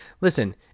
listen